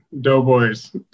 Doughboys